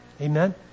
Amen